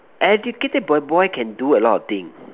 educated boy boy can do a lot of thing